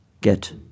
get